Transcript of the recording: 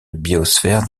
biosphère